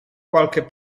qualche